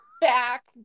back